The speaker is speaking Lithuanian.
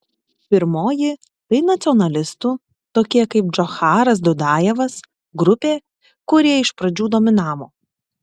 pirmoji tai nacionalistų tokie kaip džocharas dudajevas grupė kurie iš pradžių dominavo